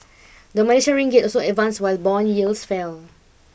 the Malaysian ringgit also advanced while bond yields fell